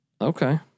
Okay